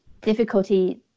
difficulty